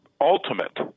ultimate